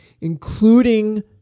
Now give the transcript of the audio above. including